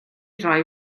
rhoi